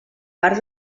part